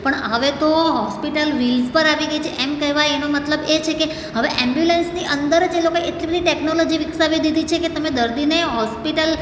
પણ હવે તો હોસ્પિટલ વિલ્સ પર આવી ગઈ છે એમ કહેવાય એનો મતલબ એ છેકે હવે એમ્બ્યુલન્સની અંદર જ એ લોકોએ એટલી બધી ટેક્નોલોજી વિકસાવી દીધી છે કે તમે દર્દીને હોસ્પિટલ